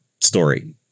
story